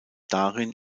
darin